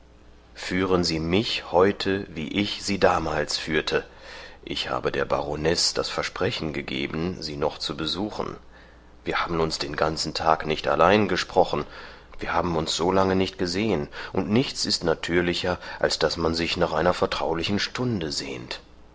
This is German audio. führen sie mich heute wie ich sie damals führte ich habe der baronesse das versprechen gegeben sie noch zu besuchen wir haben uns den ganzen tag nicht allein gesprochen wir haben uns solange nicht gesehen und nichts ist natürlicher als daß man sich nach einer vertraulichen stunde sehnt